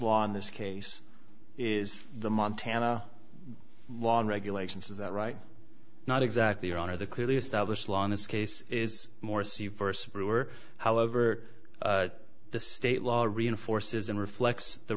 law in this case is the montana law and regulations is that right not exactly your honor the clearly established law in this case is morsi versus brewer however the state law reinforces and reflects the